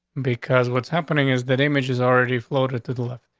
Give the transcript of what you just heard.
because what's happening is that images already floated to the left.